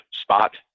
spot